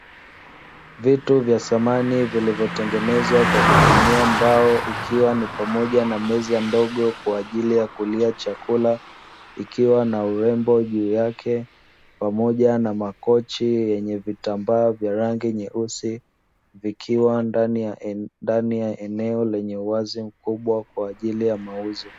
Vitu vya samani vilivyotengenezwa kwa kutumia mbao, ikiwa ni pamoja na meza ndogo kwa ajili ya kulia chakula, ikiwa na urembo juu yake pamoja na makochi yenye vitambaa vya rangi nyeusi, vikiwa ndani ya eneo lenye uwazi mkubwa kwa ajili ya mauzo.